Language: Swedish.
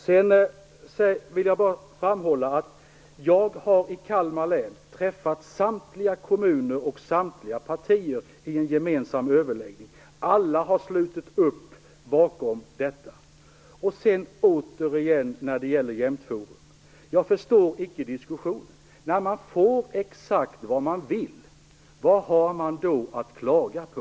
Jag vill framhålla att jag i Kalmar län har träffat samtliga kommuner och samtliga partier i en gemensam överläggning. Alla har slutit upp bakom detta. Sedan återigen till frågan om Jämtforum. Jag förstår icke diskussionen. När man får exakt vad man vill, vad har man då att klaga på?